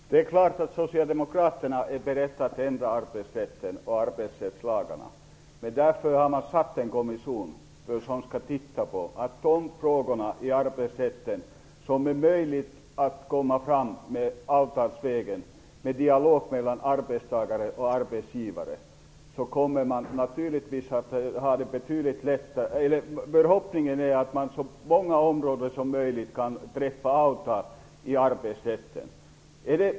Herr talman! Det är klart att vi socialdemokrater är beredda att ändra arbetsrätten och arbetsrättslagarna. Det är därför en kommission har tillsatts för att titta på de frågor i arbetsrätten där det finns möjlighet att komma fram avtalsvägen. Genom en dialog mellan arbetstagare och arbetsgivare är förhoppningen att man skall kunna träffa avtal på så många områden som möjligt i arbetsrätten.